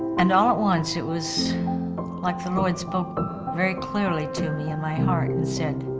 and all at once it was like the lord spoke very clearly to me in my heart, and said,